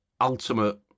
ultimate